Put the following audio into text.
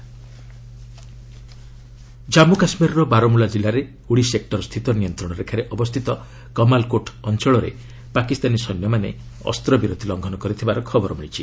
JK ceasefire Jammu କାଶ୍ମୀରର ବାରମୁଲା ଜିଲ୍ଲାରେ Uri sector ସ୍ଥିତ ନିୟନ୍ତ୍ରଣ ରେଖାରେ ଅବସ୍ଥିତ କମାଲ୍କୋର୍ଟ ଅଞ୍ଚଳରେ ପାକିସ୍ତାନୀ ସୈନ୍ୟମାନେ ଅସ୍ତ୍ରବିରତି ଲଙ୍ଘନ କରିଥିବାର ଖବର ମିଳିଛି